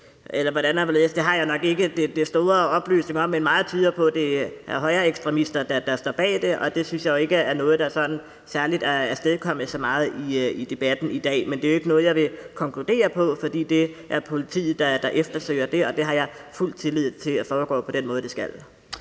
har jeg nok ikke de store oplysninger om. Men meget tyder på, at det er højreekstremister, der står bag det, og det synes jeg ikke er noget, der sådan har afstedkommet så meget i debatten i dag. Men det er jo ikke noget, jeg vil konkludere på, for det er politiet, der efterforsker det, og det har jeg fuld tillid til foregår på den måde, det skal.